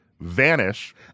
vanish